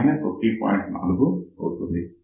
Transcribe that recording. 4 అవుతుంది